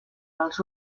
als